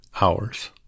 hours